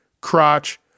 Crotch